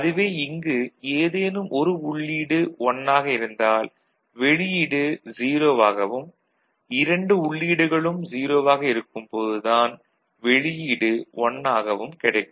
அதுவே இங்கு ஏதேனும் ஒரு உள்ளீடு 1 ஆக இருந்தால் வெளியீடு 0 ஆகவும் இரண்டு உள்ளீடுகளும் 0 ஆக இருக்கும் போது தான் வெளியீடு 1 ஆகவும் கிடைக்கும்